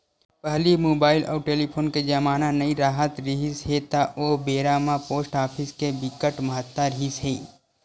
पहिली मुबाइल अउ टेलीफोन के जमाना नइ राहत रिहिस हे ता ओ बेरा म पोस्ट ऑफिस के बिकट महत्ता रिहिस हे